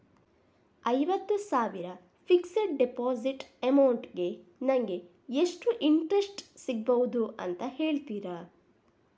ಐವತ್ತು ಸಾವಿರ fixed deposit amount ಗೆ ನಂಗೆ ಎಷ್ಟು ಇಂಟ್ರೆಸ್ಟ್ ಸಿಗ್ಬಹುದು ಅಂತ ಹೇಳ್ತೀರಾ?